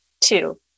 Two